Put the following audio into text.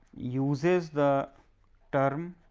uses the term